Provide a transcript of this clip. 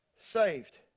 saved